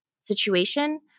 situation